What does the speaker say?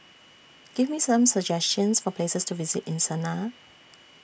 Give Me Some suggestions For Places to visit in Sanaa